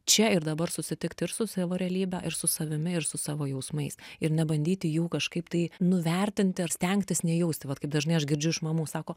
čia ir dabar susitikt ir su savo realybe ir su savimi ir su savo jausmais ir nebandyti jų kažkaip tai nuvertinti ar stengtis nejausti vat kaip dažnai aš girdžiu iš mamų sako